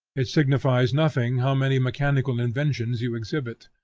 it signifies nothing how many mechanical inventions you exhibit.